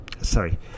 sorry